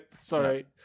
sorry